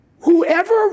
whoever